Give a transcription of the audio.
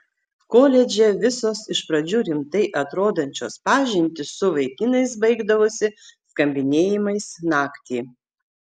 koledže visos iš pradžių rimtai atrodančios pažintys su vaikinais baigdavosi skambinėjimais naktį